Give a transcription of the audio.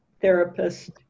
therapist